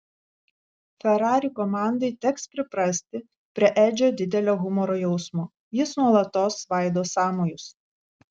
ferrari komandai teks priprasti prie edžio didelio humoro jausmo jis nuolatos svaido sąmojus